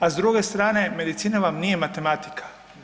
A s druge strane, medicina vam nije matematika.